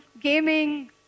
gaming